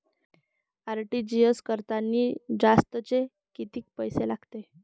RTGS करतांनी जास्तचे कितीक पैसे लागते?